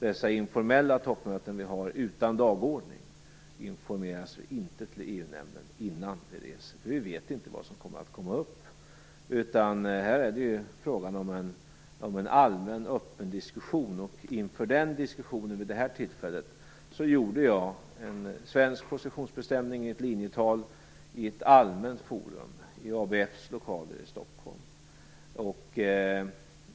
Vid informella toppmöten utan dagordning lämnas ingen information till EU nämnden innan vi reser, eftersom vi då inte vet vad som kommer att komma upp. Här är det fråga om en allmän, öppen diskussion. Inför den diskussionen gjorde jag vid det här tillfället en svensk positionsbestämning i ett linjetal i ett allmänt forum, i ABF:s lokaler i Stockholm.